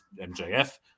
MJF